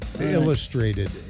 illustrated